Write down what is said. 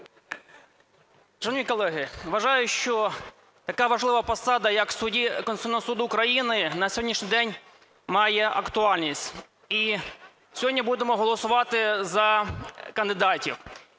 Шановні колеги, вважаю, що така важлива посада, як судді Конституційного Суду України, на сьогоднішній день має актуальність і сьогодні будемо голосувати за кандидатів.